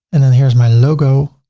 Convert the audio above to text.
and then here's my logo.